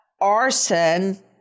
arson